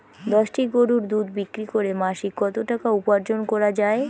দশটি গরুর দুধ বিক্রি করে মাসিক কত টাকা উপার্জন করা য়ায়?